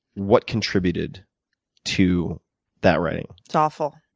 what contributed to that writing? it's awful.